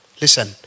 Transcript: Listen